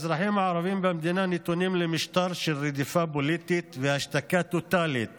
האזרחים הערבים במדינה נתונים למשטר של רדיפה פוליטית והשתקה טוטלית